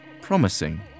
promising